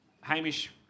Hamish